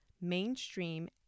mainstream